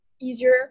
easier